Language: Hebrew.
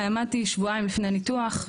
עמדתי שבועיים לפני ניתוח.